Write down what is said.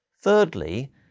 Thirdly